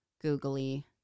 googly